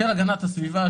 של הגנת הסביבה,